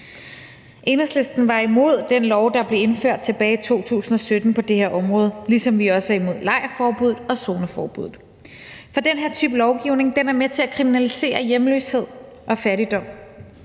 Enhedslisten var imod den lov, der blev indført tilbage i 2017 på det her område, ligesom vi også er imod lejrforbuddet og zoneforbuddet. For den her type lovgivning er med til at kriminalisere hjemløshed og fattigdom,